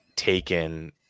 taken